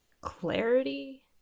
clarity